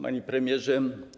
Panie Premierze!